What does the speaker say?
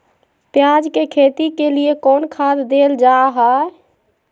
प्याज के खेती के लिए कौन खाद देल जा हाय?